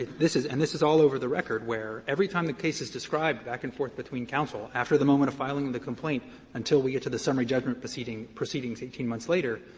this is and this is all over the record, where every time the case is described back and forth between counsel, after the moment of filing of the complaint until we get to the summary judgment proceeding proceeding eighteen months later,